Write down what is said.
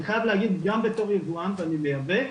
אני חייב להגיד גם בתור יבואן ואני מייבא,